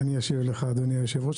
אני אשיב לך, אדוני היושב-ראש.